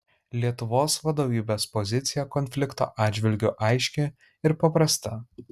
lietuvos vadovybės pozicija konflikto atžvilgiu aiški ir paprasta